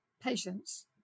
patients